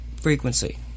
frequency